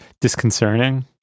disconcerting